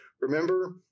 Remember